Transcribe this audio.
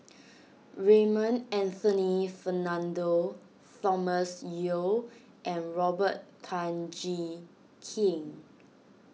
Raymond Anthony Fernando Thomas Yeo and Robert Tan Jee Keng